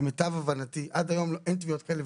למיטב הבנתי עד היום אין תביעות כאלה.